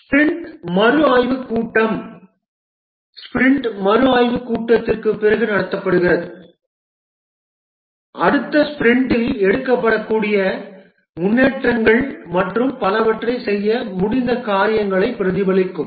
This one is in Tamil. ஸ்பிரிண்ட் மறுஆய்வுக் கூட்டம் ஸ்பிரிண்ட் மறுஆய்வுக் கூட்டத்திற்குப் பிறகு நடத்தப்படுகிறது அடுத்த ஸ்பிரிண்ட்டில் எடுக்கப்படக்கூடிய முன்னேற்றங்கள் மற்றும் பலவற்றைச் செய்ய முடிந்த காரியங்களைப் பிரதிபலிக்கும்